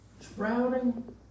sprouting